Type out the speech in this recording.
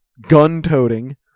gun-toting